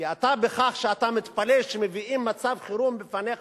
כי בכך שאתה מתפלא שמביאים מצב חירום בפניך,